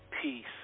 peace